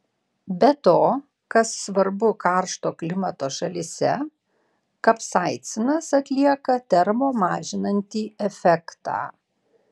be to kas svarbu karšto klimato šalyse kapsaicinas atlieka termo mažinantį efektą